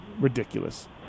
ridiculous